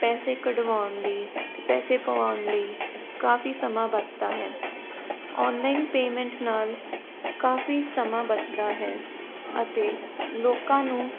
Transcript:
ਪੈਸੇ ਕਢਵਾਉਣ ਲਈ ਅਤੇ ਪੈਸੇ ਪਵਾਉਣ ਲਈ ਕਾਫੀ ਸਮਾਂ ਬਚਦਾ ਹੈ ਓਨਲਾਈਨ ਪੇਮੈਂਟ ਨਾਲ ਕਾਫੀ ਸਮਾਂ ਬਚਦਾ ਹੈ ਅਤੇ ਲੋਕਾਂ ਨੂੰ